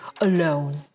alone